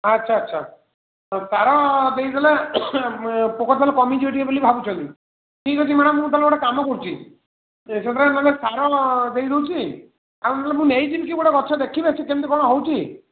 ଆଚ୍ଛା ଆଚ୍ଛା ତ ସାର୍ ଦେଇଦେଲେ ପୋକ ସବୁ କମିଯିବେ ଟିକିଏ ବୋଲି ଭାବୁଛନ୍ତି ଠିକ୍ ଅଛି ମ୍ୟାଡ଼ାମ୍ ମୁଁ ତାହେଲେ ଗୋଟିଏ କାମ କରୁଛି ସେଥିରେ ନହେଲେ ସାର୍ ଦେଇ ଦେଉଛି ଆଉ ନହେଲେ ମୁଁ ନେଇଯିବି ବି ଗୋଟିଏ ଗଛ ଦେଖିବେ କେମିତି କ'ଣ ହେଉଛି